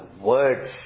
words